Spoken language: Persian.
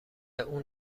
اون